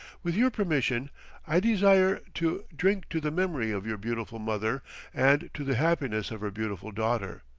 with your permission i desire to drink to the memory of your beautiful mother and to the happiness of her beautiful daughter.